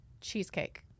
cheesecake